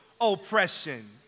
oppression